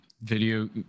video